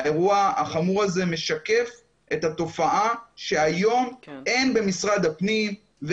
האירוע החמור הזה משקף את התופעה שהיום אין במשרד הפנים,